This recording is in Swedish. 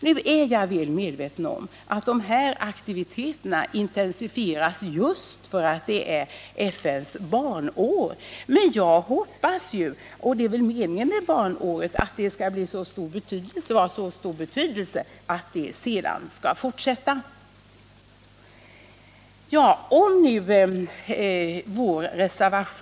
Jag är väl medveten om att dessa aktiviteter intensifieras just för att det är FN:s barnår. Men jag hoppas, och det är väl meningen med barnåret, att det skall vara av så stor betydelse att sådana här aktiviteter kommer att fortsätta.